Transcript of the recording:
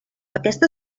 aquesta